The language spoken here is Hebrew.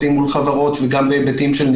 גם עורכים במקומות.